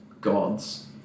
gods